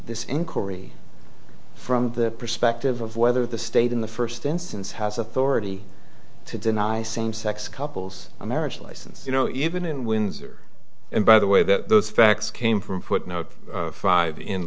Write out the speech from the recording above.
this inquiry from the perspective of whether the state in the first instance has authority to deny same sex couples a marriage license you know even in windsor and by the way that those facts came from footnote five in